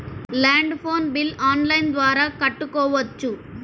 Land phone bill online ద్వారా కట్టుకోవచ్చు?